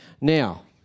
now